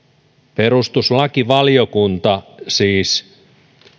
perustuslakivaliokunta siis